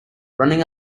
running